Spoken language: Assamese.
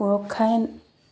সুৰক্ষাই